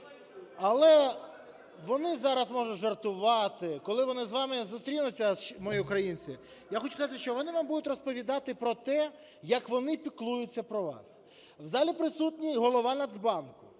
Але вони зараз можуть жартувати. Коли вони з вами зустрінуться, мої українці, я хочу сказати, що вони вам будуть розповідати про те, як вони піклуються про вас. В залі присутній і Голова Нацбанку.